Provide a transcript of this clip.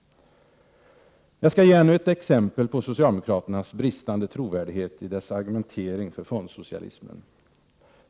Jag skall ge ännu ett exempel på socialdemokraternas bristande trovärdighet i deras argumentering för fondsocialism.